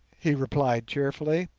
he replied cheerfully.